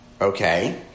okay